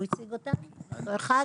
ישראל